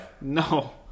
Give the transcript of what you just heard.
No